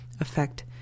affect